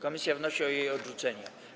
Komisja wnosi o jej odrzucenie.